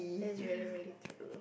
that's really really true